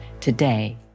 today